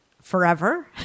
forever